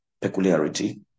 peculiarity